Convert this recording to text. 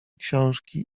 książki